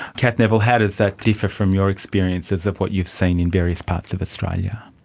cath neville, how does that differ from your experiences of what you've seen in various parts of australia?